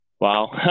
Wow